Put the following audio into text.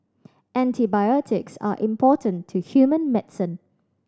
antibiotics are important to human medicine